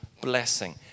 blessing